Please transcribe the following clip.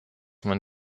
man